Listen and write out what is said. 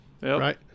right